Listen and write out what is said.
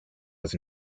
was